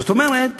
זאת אומרת